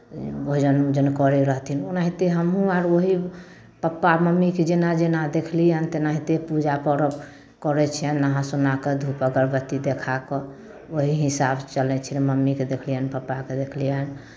भजन उजन करै रहथिन ओनाहिते हमहूँ अर ओही पप्पा मम्मीकेँ जेना जेना देखली हन तेनाहिते पूजा परब करै छियनि नहा सुना कऽ धूप अगरबत्ती देखा कऽ ओही हिसाबसँ चलै छियनि मम्मीकेँ देखलियनि पप्पाकेँ देखलियनि